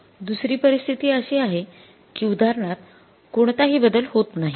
दुसरी परिस्थिती अशी आहे की उदाहरणार्थ कोणताही बदल होत नाही